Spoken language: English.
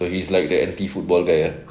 so he's like the empty football guy